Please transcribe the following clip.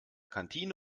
kantine